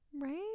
Right